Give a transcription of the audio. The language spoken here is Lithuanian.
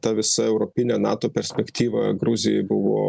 ta visa europinė nato perspektyva gruzijai buvo